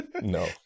No